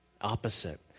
opposite